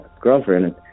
girlfriend